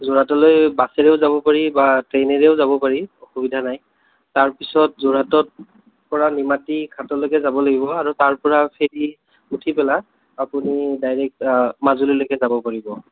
যোৰহাটলৈ বাছেৰেও যাব পাৰি বা ট্ৰেনেৰেও যাব পাৰি অসুবিধা নাই তাৰপিছত যোৰহাটৰ পৰা নিমাতী ঘাটলৈকে যাব লাগিব আৰু তাৰপৰা ফেৰীত উঠি পেলাই আপুনি ডাইৰেক্ট মাজুলীলৈ যাব পাৰিব